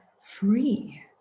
free